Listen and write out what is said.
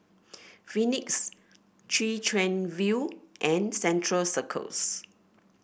Phoenix Chwee Chian View and Central Circus